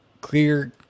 clear